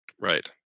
Right